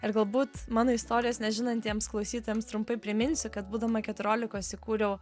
ir galbūt mano istorijos nežinantiems klausytojams trumpai priminsiu kad būdama keturiolikos įkūriau